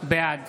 בעד